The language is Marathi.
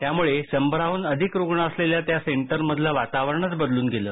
त्यामुळे शंभराहून अधिक रुग्ण असलेल्या त्या सेंटरमधलं वातावरणच बदलून गेलं